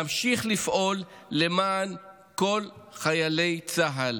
נמשיך לפעול למען כל חיילי צה"ל,